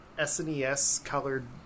SNES-colored